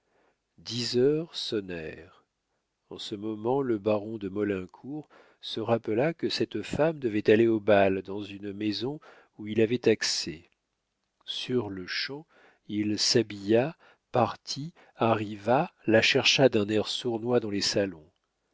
dix heures sonnèrent en ce moment le baron de maulincour se rappela que cette femme devait aller au bal dans une maison où il avait accès sur-le-champ il s'habilla partit arriva la chercha d'un air sournois dans les salons